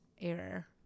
error